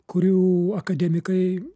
kurių akademikai